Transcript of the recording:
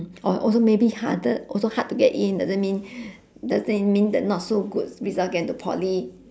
oh also maybe harder also hard to get in doesn't mean dosen't mean that not so good results get into poly